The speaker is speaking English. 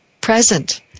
present